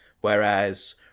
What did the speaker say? whereas